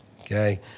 Okay